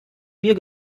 bier